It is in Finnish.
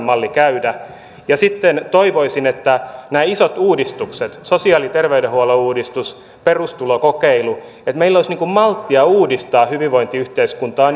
malli käydä sitten toivoisin että nämä isot uudistukset sosiaali ja terveydenhuollon uudistus perustulokokeilu niin meillä olisi malttia uudistaa hyvinvointiyhteiskuntaa